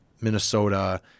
Minnesota